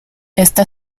esta